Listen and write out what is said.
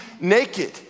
naked